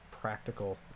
practical